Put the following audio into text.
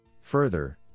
Further